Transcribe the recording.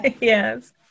Yes